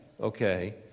Okay